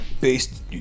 based